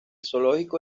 zoológico